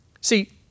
See